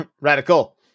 radical